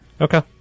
Okay